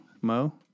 Mo